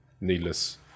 needless